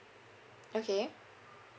okay